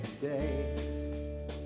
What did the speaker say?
today